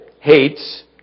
hates